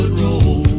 role